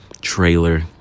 trailer